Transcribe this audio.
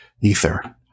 ether